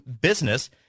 business